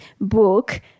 book